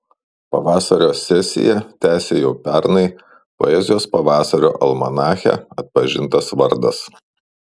pavasario sesiją tęsia jau pernai poezijos pavasario almanache atpažintas vardas